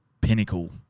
pinnacle